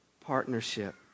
partnership